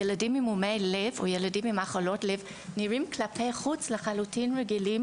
ילדים עם מומי לב ועם מחלות לב נראים כלפי חוץ לחלוטין רגילים